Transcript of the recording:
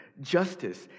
justice